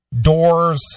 doors